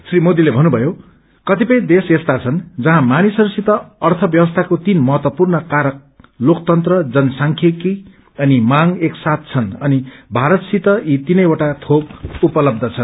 श्री मोदीले भन्नुभयो कतिपय देश्र यस्ता छन् जहाँ मानिसहस्सित अर्थव्यवस्थाको तीन महत्वपूर्ण कारक लोकतन्त्र जनसांख्यिकी अनि माग एक साथ छन् अनि भारतसित यी तीनैवटा थोक उपलब्ब छन्